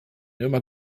immer